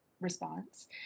response